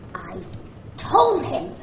i told him,